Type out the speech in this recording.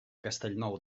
castellnou